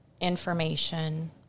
information